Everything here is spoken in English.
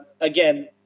Again